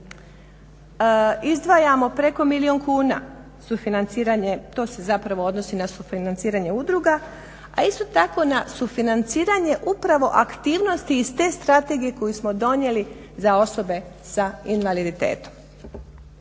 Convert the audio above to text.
Izdvajamo preko milijun kuna sufinanciranje, to se zapravo odnosi na sufinanciranje udruga, a isto tako na sufinanciranje upravo aktivnosti iz te Strategije koju smo donijeli za osobe s invaliditetom.